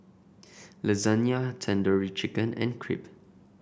Lasagne Tandoori Chicken and Crepe